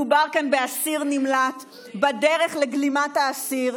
מדובר כאן באסיר נמלט בדרך לגלימת האסיר,